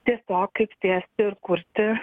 tiesiog kaip tiesti ir kurti